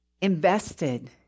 invested